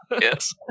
Yes